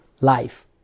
life